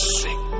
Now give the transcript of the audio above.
sick